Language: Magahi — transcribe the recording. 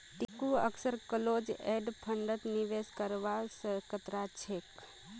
टिंकू अक्सर क्लोज एंड फंडत निवेश करवा स कतरा छेक